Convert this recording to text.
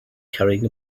carrying